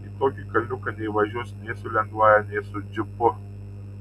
į tokį kalniuką neįvažiuosi nei su lengvąja nei su džipu